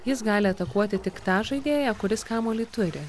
jis gali atakuoti tik tą žaidėją kuris kamuolį turi